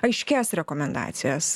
aiškias rekomendacijas